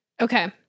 Okay